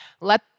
let